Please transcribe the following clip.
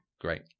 Great